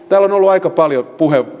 täällä on ollut aika paljon